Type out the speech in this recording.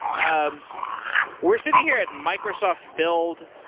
um we're sitting here at microsoft build.